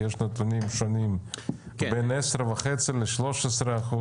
יש נתונים שונים של בין 10,5% ל-13%.